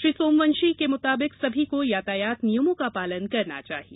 श्री सोमवंशी के मुताबिक सभी को यातायात नियमो का पालन करना चाहिए